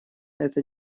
это